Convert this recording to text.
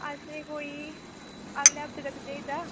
असें कोई अगलै हफ्ते तक चाहिदा